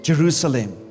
Jerusalem